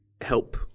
help